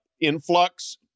influx